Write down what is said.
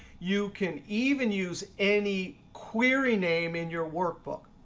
you can even use any query name in your workbook.